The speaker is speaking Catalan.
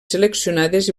seleccionades